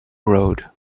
road